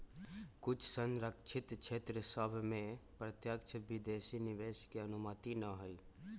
कुछ सँरक्षित क्षेत्र सभ में प्रत्यक्ष विदेशी निवेश के अनुमति न हइ